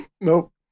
Nope